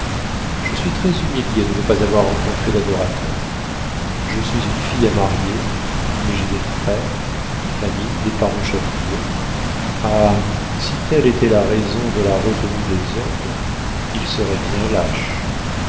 je suis très humiliée de ne pas avoir rencontré d'adorateur je suis une fille à marier mais j'ai des frères une famille des parents chatouilleux ah si telle était la raison de la retenue des hommes ils seraient bien lâches